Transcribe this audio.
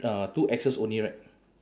uh two axes only right